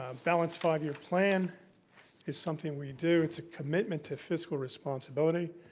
ah balanced five-year plan is something we do, it's a commitment to fiscal responsibility.